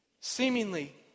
seemingly